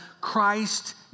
Christ